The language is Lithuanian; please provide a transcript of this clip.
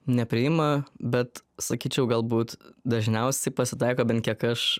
nepriima bet sakyčiau galbūt dažniausiai pasitaiko bent kiek aš